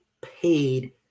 paid